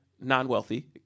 non-wealthy